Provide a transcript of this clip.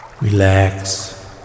Relax